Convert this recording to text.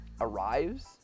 arrives